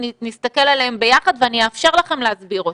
נסתכל עליהם ביחד ואני אאפשר לכם להסביר אותם.